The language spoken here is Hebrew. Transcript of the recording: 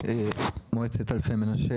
אני ראש מועצת אלפי מנשה.